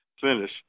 finish